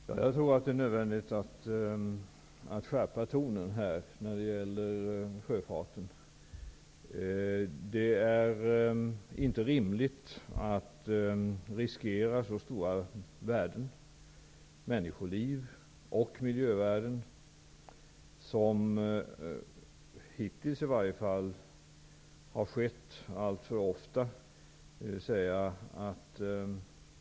Herr talman! Jag tror att det är nödvändigt att skärpa tonen när det gäller sjöfarten. Det är inte rimligt att riskera så stora värden, som människoliv och miljövärden, som hittills har skett alltför ofta.